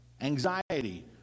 anxiety